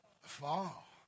fall